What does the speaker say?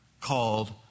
called